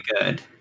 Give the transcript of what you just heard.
good